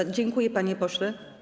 Dziękuję, panie pośle.